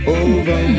over